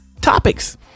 topics